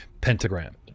pentagram